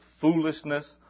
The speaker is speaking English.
foolishness